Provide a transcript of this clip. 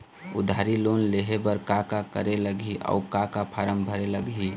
उधारी लोन लेहे बर का का करे लगही अऊ का का फार्म भरे लगही?